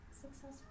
successful